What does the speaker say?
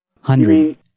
hundred